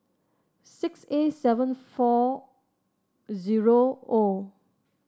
six A seven four zero O